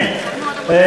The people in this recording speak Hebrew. לשנת הכספים 2014,